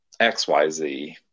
XYZ